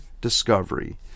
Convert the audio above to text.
discovery